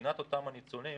מבחינת אותם ניצולים,